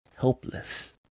helpless